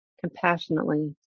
compassionately